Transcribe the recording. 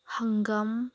ꯍꯪꯒꯥꯝ